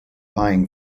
buying